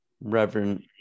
Reverend